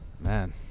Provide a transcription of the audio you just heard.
Man